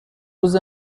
روز